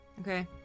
Okay